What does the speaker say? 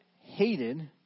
hated